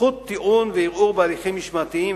זכות טיעון וערעור בהליכים משמעתיים